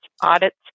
Audits